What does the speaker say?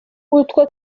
utwo